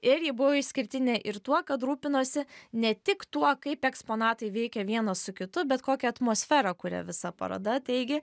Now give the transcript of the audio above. ir ji buvo išskirtinė ir tuo kad rūpinosi ne tik tuo kaip eksponatai veikia vienas su kitu bet kokią atmosferą kuria visa paroda taigi